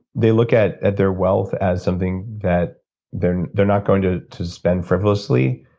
they look at at their wealth as something that they're they're not going to to spend frivolously,